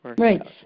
Right